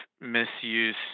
misuse